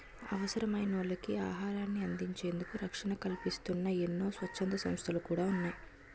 అవసరమైనోళ్ళకి ఆహారాన్ని అందించేందుకు రక్షణ కల్పిస్తూన్న ఎన్నో స్వచ్ఛంద సంస్థలు కూడా ఉన్నాయి